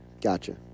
Gotcha